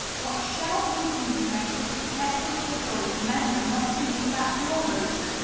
what shall we do to make this forgetful little boy remember not to leave that door open,